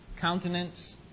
countenance